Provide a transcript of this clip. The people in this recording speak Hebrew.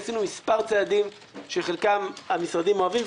עשינו מספר צעדים שחלקם המשרדים אוהבים,